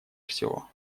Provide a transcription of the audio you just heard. всего